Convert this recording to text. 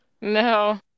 no